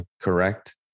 correct